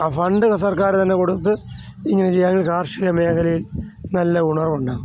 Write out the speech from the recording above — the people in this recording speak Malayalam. ആ ഫണ്ട് സർക്കാർ തന്നെ കൊടുത്തു ഇങ്ങനെ ചെയ്താൽ കാർഷിക മേഖലയിൽ നല്ല ഉണർവുണ്ടാകും